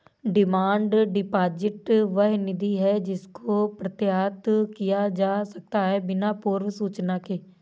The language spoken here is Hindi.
डिमांड डिपॉजिट वह निधि है जिसको प्रत्याहृत किया जा सकता है बिना पूर्व सूचना के